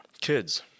Kids